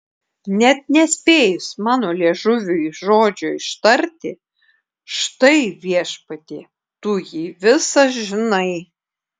net nespėjus mano liežuviui žodžio ištarti štai viešpatie tu jį visą žinai